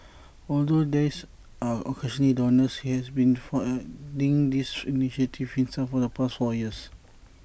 although there's are occasional donors he has been funding these initiatives himself for the past four years